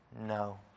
No